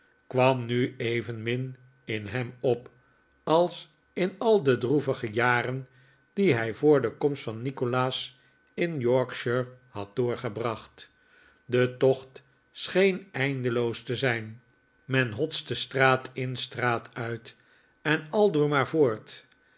kwam nu evenmin in hem op als in al de droevige jaren die hij voor de komst van nikolaas in yorkshire had doorgebracht de tocht scheen eindeloos te zijn men hotste straat in straat uit en aldoor maar voort